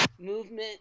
movement